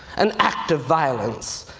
an act of violence.